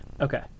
Okay